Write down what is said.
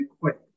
quick